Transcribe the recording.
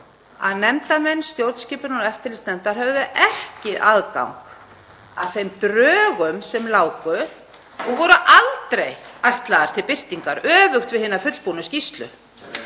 að nefndarmenn stjórnskipunar- og eftirlitsnefndar höfðu ekki aðgang að þeim drögum sem láku og voru aldrei ætluð til birtingar, öfugt við hina fullbúnu skýrslu,